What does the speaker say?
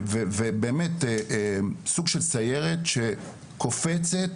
זו באמת סוג של סיירת, שקופצת